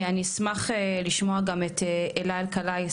אני אשמח גם לשמוע את אלה אלקלעי,